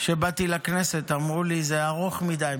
כשבאתי לכנסת אמרו לי: זה ארוך מדי,